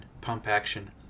pump-action